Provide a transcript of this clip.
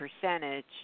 percentage